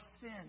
sin